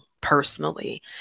personally